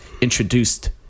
introduced